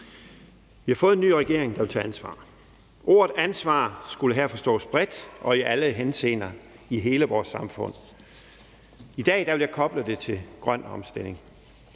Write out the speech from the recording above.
Vi har fået en ny regering, der vil tage ansvar. Ordet ansvar skulle her forstås bredt og i alle henseender, i hele vores samfund. I dag vil jeg koble det til grøn omstilling,